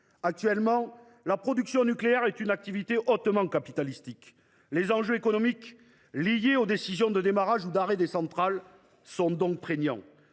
Actuellement, la production nucléaire est une activité hautement capitalistique. Les enjeux économiques liés aux décisions de démarrage ou d’arrêt des centrales sont donc prégnants.